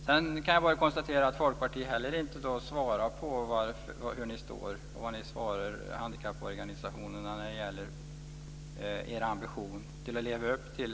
Jag kan också konstatera att Folkpartiet inte heller har redogjort för hur man svarar handikapporganisationerna när det gäller dess ambition att leva upp till